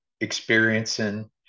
experiencing